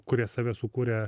kurie save sukūrė